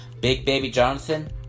BigBabyJonathan